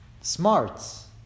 Smarts